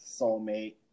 soulmate